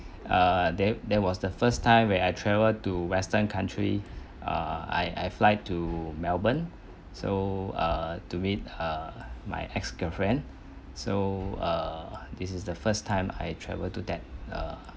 err that that was the first time where I travel to western country err I I fly to melbourne so err to meet err my ex-girlfriend so err this is the first time I travel to that err